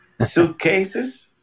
Suitcases